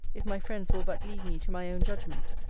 if my friends will but leave me to my own judgment,